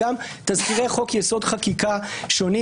פירטנו במסמך גם תזכירי חוק-יסוד: חקיקה שונים,